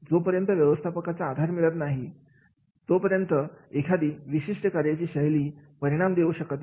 जोपर्यंत व्यवस्थापकांचा आधार मिळत नाही ही तोपर्यंत एखादी विशिष्ट कार्याची शैली परिणाम देऊ शकणार नाही